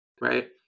right